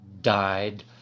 died